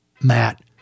Matt